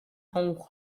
hall